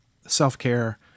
self-care